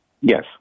Yes